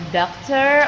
doctor